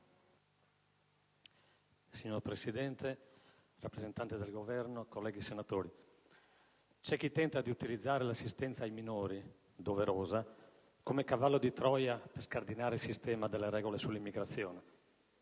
Signor Presidente, signor rappresentante del Governo, colleghi senatori, c'è chi tenta di utilizzare l'assistenza ai minori (doverosa) come cavallo di Troia per scardinare il sistema delle regole sull'immigrazione.